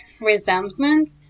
resentment